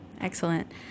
Excellent